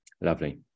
lovely